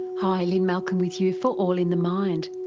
hi, lynne malcolm with you for all in the mind.